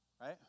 right